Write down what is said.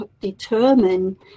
determine